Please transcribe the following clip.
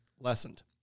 lessened